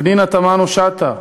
פנינה תמנו-שטה,